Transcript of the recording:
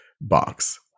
Box